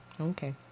Okay